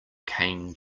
came